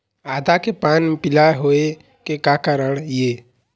आदा के पान पिला होय के का कारण ये?